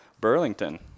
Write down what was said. Burlington